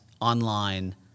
online